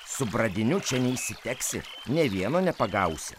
su pradiniu čia neišsiteksi nė vieno nepagausi